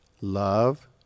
love